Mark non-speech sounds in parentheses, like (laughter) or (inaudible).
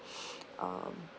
(noise) um